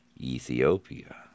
Ethiopia